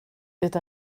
det